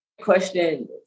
question